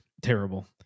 Terrible